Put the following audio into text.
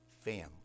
family